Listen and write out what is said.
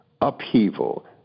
upheaval